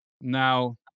Now